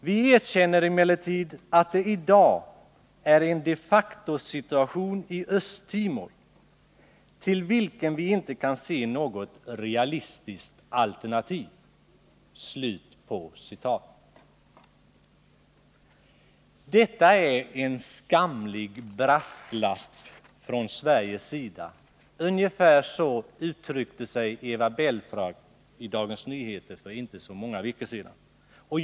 Vi erkänner emellertid att det i dag är en de facto-situation i Östtimor till vilken vi inte kan se något realistiskt alternativ.” Eva Belfrage uttryckte sig ungefär så här i Dagens Nyheter för inte så många veckor sedan: Detta är en skamlig brasklapp från Sveriges sida.